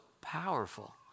powerful